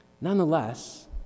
nonetheless